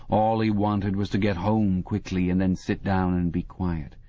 all he wanted was to get home quickly and then sit down and be quiet.